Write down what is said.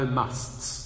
musts